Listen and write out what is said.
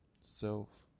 self